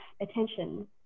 attention